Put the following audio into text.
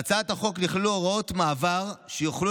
בהצעת החוק נכללו הוראות מעבר שיוכלו